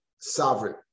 sovereign